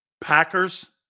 Packers